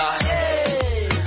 hey